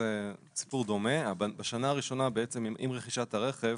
זה סיפור דומה, בשנה הראשונה עם קבלת הרכב